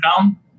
down